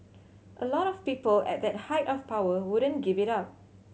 a lot of people at that height of power wouldn't give it up